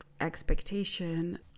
expectation